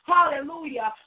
Hallelujah